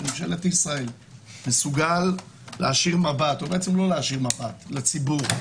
בממשלת ישראל מסוגל להישיר מבט או בעצם לא להישיר מבט לציבור,